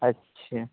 اچھا